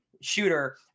shooter